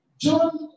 John